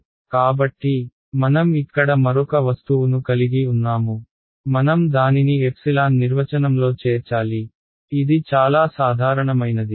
కాబట్టి మనం ఇక్కడ మరొక వస్తువును కలిగి ఉన్నాము మనం దానిని ε నిర్వచనంలో చేర్చాలి ఇది చాలా సాధారణమైనది